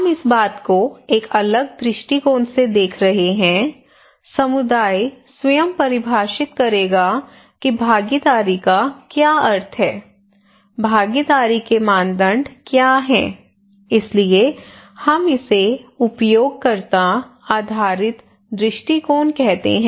हम इस बात को एक अलग दृष्टिकोण से देख रहे हैं समुदाय स्वयं परिभाषित करेगा कि भागीदारी का क्या अर्थ है भागीदारी के मानदंड क्या हैं इसलिए हम इसे उपयोगकर्ता आधारित दृष्टिकोण कहते हैं